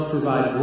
provide